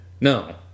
No